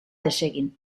desegin